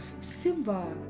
Simba